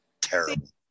Terrible